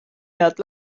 not